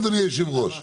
יש אדם רוסי, אבל לא פה.